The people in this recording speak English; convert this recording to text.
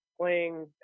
playing